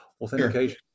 authentication